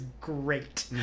great